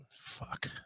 Fuck